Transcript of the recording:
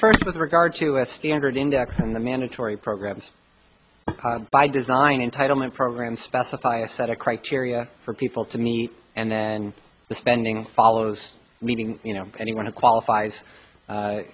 first with regard to a standard index and the mandatory programs by design entitlement programs specify a set of criteria for people to meet and then the spending follows meaning you know anyone who qualifies